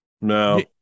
No